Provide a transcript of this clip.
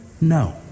No